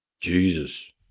Jesus